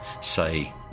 say